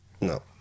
No